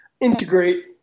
integrate